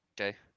Okay